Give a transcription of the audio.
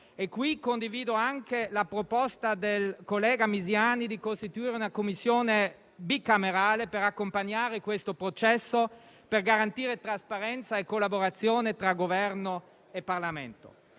come anche la proposta del collega Misiani di istituire una Commissione bicamerale per accompagnare questo processo per garantire trasparenza e collaborazione tra Governo e Parlamento.